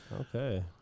Okay